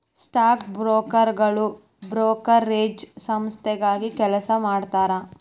stock ಬ್ರೋಕರ್ಗಳು brokerage ಸಂಸ್ಥೆಗಾಗಿ ಕೆಲಸ ಮಾಡತಾರಾ